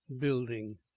building